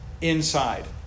inside